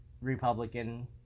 Republican